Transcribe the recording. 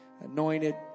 anointed